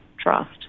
trust